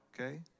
Okay